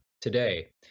today